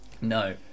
no